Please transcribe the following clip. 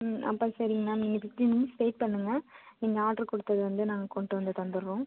ம் அப்போ சரிங்க மேம் நீங்கள் ஃபிஃப்ட்டீன் மினிட்ஸ் வெயிட் பண்ணுங்கள் நீங்கள் ஆட்ரு கொடுத்தது வந்து நாங்கள் கொண்ட்டு வந்து தந்துடுறோம்